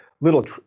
little